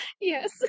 Yes